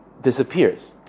disappears